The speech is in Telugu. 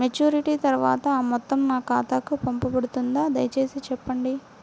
మెచ్యూరిటీ తర్వాత ఆ మొత్తం నా ఖాతాకు పంపబడుతుందా? దయచేసి చెప్పండి?